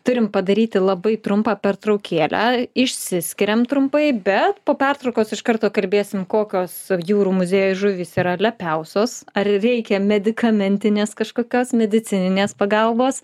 turim padaryti labai trumpą pertraukėlę išsiskiriam trumpai bet po pertraukos iš karto kalbėsim kokios jūrų muziejuj žuvys yra lepiausios ar reikia medikamentinės kažkokios medicininės pagalbos